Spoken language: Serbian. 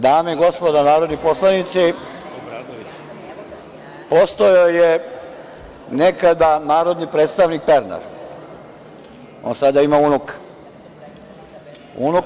Dame i gospodo narodni poslanici, postojao je nekada narodni predstavnik Pernar, on sada ima unuka.